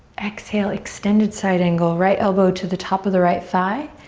exhale, extended side angle. right elbow to the top of the right thigh.